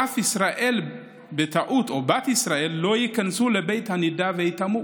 שאף ישראל או בת ישראל לא ייכנסו בטעות לבית הנידה וייטמאו.